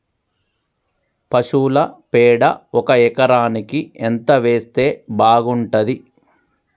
పశువుల పేడ ఒక ఎకరానికి ఎంత వేస్తే బాగుంటది?